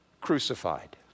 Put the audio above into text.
crucified